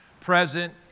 present